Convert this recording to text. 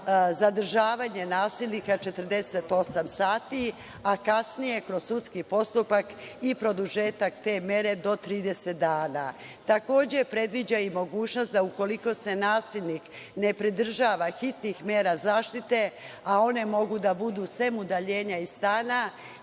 zadržavanje nasilnika 48 sati, a kasnije, kroz sudski postupak i produžetak te mere do 30 dana. Takođe, predviđa mogućnost da i ukoliko se nasilnik ne pridržava hitnih mera zaštite, a one mogu da budu osim udaljenja iz stana